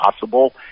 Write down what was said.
possible